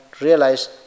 realize